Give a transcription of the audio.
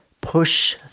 push